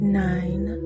nine